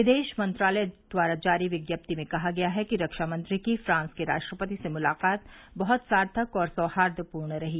विदेश मंत्रालय द्वारा जारी विज्ञप्ति में कहा गया है कि रक्षा मंत्री की फ्रांस के राष्ट्रपति से मुलाकात बहुत सार्थक और सौहार्दपूर्ण रही